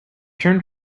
turned